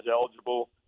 eligible